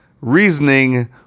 Reasoning